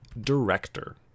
Director